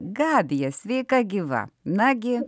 gabija sveika gyva nagi